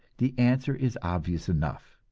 the answer is obvious enough